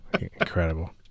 Incredible